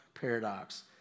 Paradox